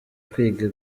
kwiga